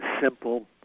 simple